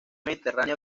mediterránea